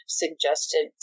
suggested